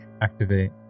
activate